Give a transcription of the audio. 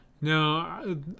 No